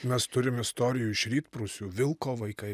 mes turim istorijų iš rytprūsių vilko vaikai